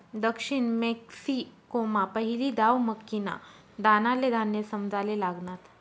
दक्षिण मेक्सिकोमा पहिली दाव मक्कीना दानाले धान्य समजाले लागनात